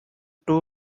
two